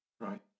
Right